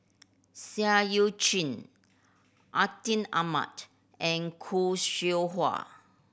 Seah Eu Chin Atin Amat and Khoo Seow Hwa